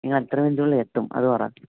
നിങ്ങളെത്ര മിനിറ്റിനുള്ളില് എത്തും അതു പറയൂ